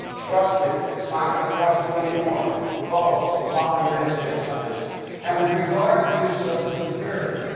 trust me, it's not going to cost you any more. folks, follow your instincts on this one. and with regard to social security,